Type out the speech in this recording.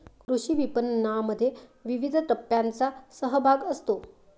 कृषी विपणनामध्ये विविध टप्प्यांचा सहभाग असतो